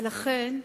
ולכן,